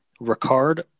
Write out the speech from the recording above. Ricard